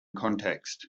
context